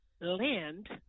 land